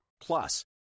Plus